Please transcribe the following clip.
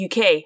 UK